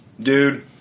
Dude